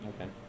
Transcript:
Okay